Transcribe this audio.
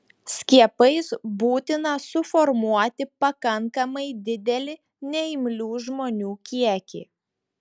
skiepais būtina suformuoti pakankamai didelį neimlių žmonių kiekį